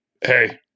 Hey